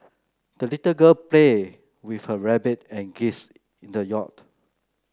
the little girl played with her rabbit and geese in the yard